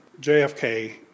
JFK